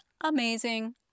amazing